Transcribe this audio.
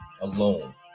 alone